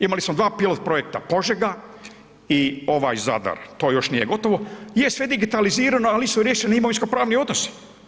Imali smo dva pilot projekta Požega i ovaj Zadar, to još nije gotovo, je sve digitalizirano ali nisu riješeni imovinsko-pravni odnosi.